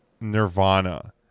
Nirvana